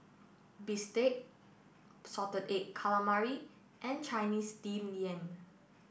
Bistake Salted Egg Calamari and Chinese Steamed Yam